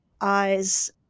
eyes